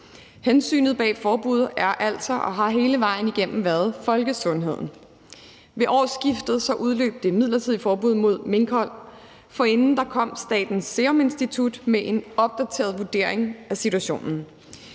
Hensynet bag forbuddet er altså og har hele vejen igennem været folkesundheden. Ved årsskiftet udløb det midlertidige forbud mod minkhold. Forinden kom Statens Serum Institut med en opdateret vurdering af situationen.